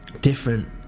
Different